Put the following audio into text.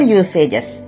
usages